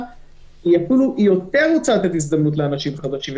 שהיא רוצה לתת הזדמנות לאנשים חדשים,